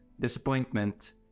disappointment